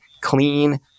clean